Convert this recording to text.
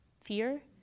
fear